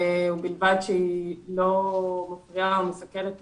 ובלבד שהיא לא מפריעה או מסכלת תכנון,